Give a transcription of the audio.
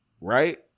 Right